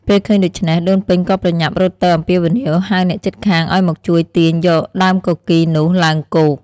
ពេលឃើញដូច្នេះ ដូនពេញក៏ប្រញាប់រត់ទៅអំពាវនាវហៅអ្នកជិតខាងឲ្យមកជួយទាញយកដើមគគីរនោះឡើងគោក។